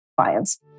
clients